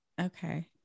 Okay